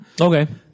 Okay